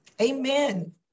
Amen